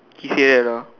he say that ah